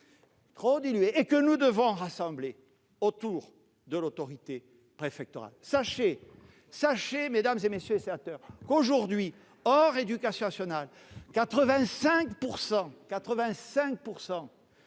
trop dilué ... Nous devons le rassembler autour de l'autorité préfectorale. Sachez, mesdames, messieurs les sénateurs, qu'à l'heure actuelle, hors éducation nationale, 85